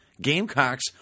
Gamecocks